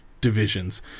Divisions